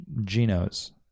Geno's